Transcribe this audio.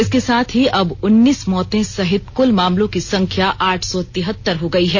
इसके साथ ही अब उन्नीस मौतें सहित कल मामलों की संख्या आठ सौ तिहत्तर हो गई है